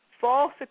false